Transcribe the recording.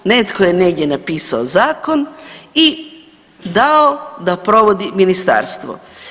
Netko je negdje napisao zakon i dao da provodi ministarstvo.